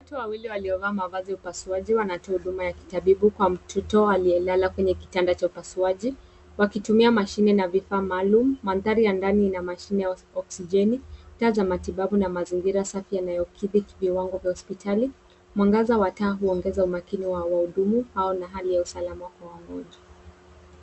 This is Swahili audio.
Watu wawili waliovaa mavazi ya upasuaji wanatoa huduma ya kitabibu kwa mtoto aliyelala kwenye kitanda cha upasuaji wakitumia mashine na vifaa maalum. Mandhari ya ndani ina mashine ya oksijeni, taa za matibabu na mazingira safi yanayokidhi viwango vya hospitali. Mwangaza wa taa huongeza umakini wa wahudumu hao na hali ya usalama kwa wagonjwa.